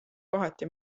kohati